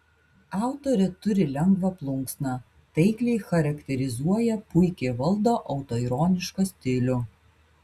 autorė turi lengvą plunksną taikliai charakterizuoja puikiai valdo autoironišką stilių